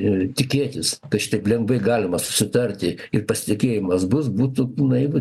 ir tikėtis kad šitaip lengvai galima susitarti ir pasitikėjimas bus būtų naivu